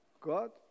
God